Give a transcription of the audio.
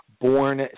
born